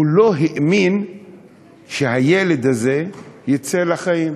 הוא לא האמין שהילד הזה יצא לחיים,